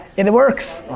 it works.